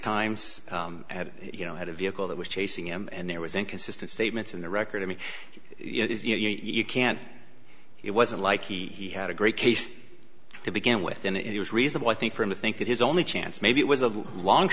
times you know had a vehicle that was chasing him and there was inconsistent statements in the record i mean you can't it wasn't like he had a great case to begin with and it was reasonable i think for him to think that his only chance maybe it was a long